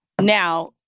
now